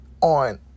on